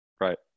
Right